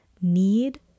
need